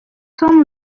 tom